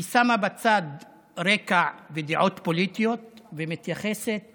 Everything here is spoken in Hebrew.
היא שמה בצד רקע ודעות פוליטיות ומתייחסת